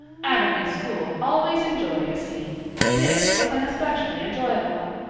avonlea school always enjoyed a scene. this was an especially enjoyable one.